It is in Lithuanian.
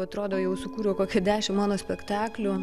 atrodo jau sukūriau kokį dešimt monospektaklių